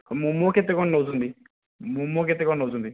ମୋମୋ କେତେ କ'ଣ ନେଉଛନ୍ତି ମୋମୋ କେତେ କ'ଣ ନେଉଛନ୍ତି